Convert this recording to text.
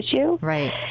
Right